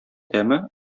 тәме